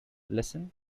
listen